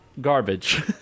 garbage